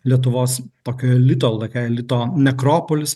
lietuvos tokio elito elito nekropolis